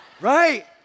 Right